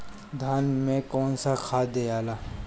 धान मे कौन सा खाद दियाला?